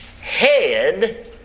head